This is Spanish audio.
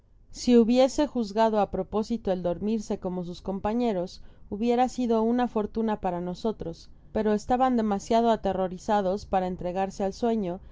si hubiese juzgado á propósito el dormirse co jao sus compañeros hubiera sido una fortuna para nosotros pero estaban demasiado aterrorizados para entregarse al sueño á